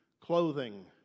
clothing